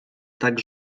tak